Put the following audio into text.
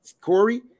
Corey